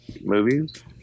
movies